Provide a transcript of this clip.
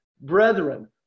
Brethren